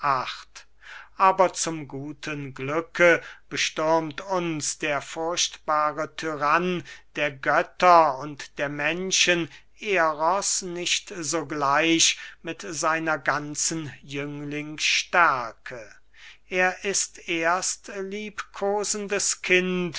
aber zu gutem glücke bestürmt uns der furchtbare tyrann der götter und der menschen eros nicht sogleich mit seiner ganzen jünglingsstärke er ist erst liebkosendes kind